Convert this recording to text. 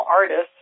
artists